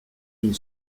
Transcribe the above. une